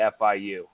FIU